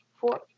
Four